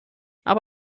aber